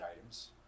items